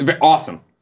Awesome